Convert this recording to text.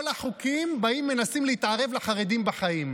כל החוקים באים ומנסים להתערב לחרדים בחיים.